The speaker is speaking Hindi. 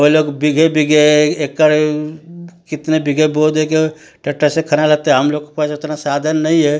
वो लोग बीघे बीघे एकर कितने बीघे बो देंगे ट्रेक्टर से खना लाते हैं हम लोग के पास उतना साधन नहीं है